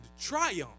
triumph